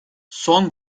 son